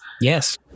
Yes